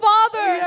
Father